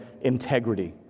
integrity